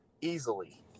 easily